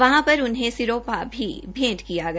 वहां पर उन्हें सिरोपा भी भेंट किया गया